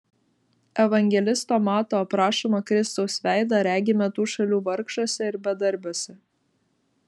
evangelisto mato aprašomą kristaus veidą regime tų šalių vargšuose ir bedarbiuose